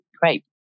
great